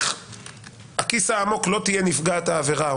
הכיס העמוק לא תהיה נפגעת העבירה,